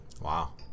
Wow